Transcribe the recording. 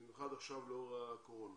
במיוחד עכשיו לאור הקורונה.